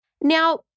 Now